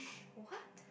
what